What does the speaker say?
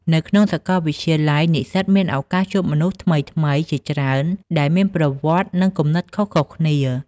នៅក្នុងសាកលវិទ្យាល័យ និស្សិតមានឱកាសជួបមនុស្សថ្មីៗជាច្រើនដែលមានប្រវត្តិនិងគំនិតខុសៗគ្នា។